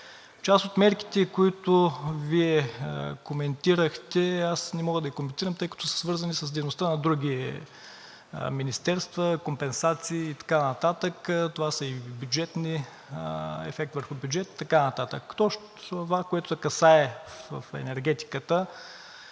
Част от мерките, които Вие коментирахте, аз не мога да коментирам, тъй като са свързани с дейността на други министерства, компенсации и така нататък, това е ефект върху бюджет и така нататък. Това, което касае енергетиката.